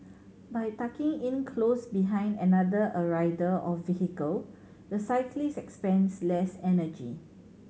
by tucking in close behind another a rider or vehicle the cyclist expends less energy